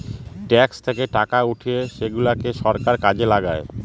tax থেকে টাকা উঠিয়ে সেগুলাকে সরকার কাজে লাগায়